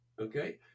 Okay